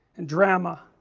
and drama